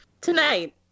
tonight